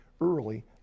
early